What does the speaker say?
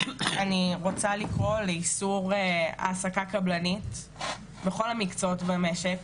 אני רוצה לקרוא לאיסור העסקה קבלנית בכל המקצועות במשק.